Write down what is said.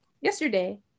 yesterday